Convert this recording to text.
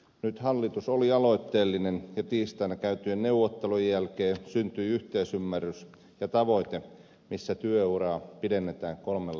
nyt hallitus oli aloitteellinen ja tiistaina käytyjen neuvottelujen jälkeen syntyi yhteisymmärrys ja tavoite että työuraa pidennetään kolmella vuodella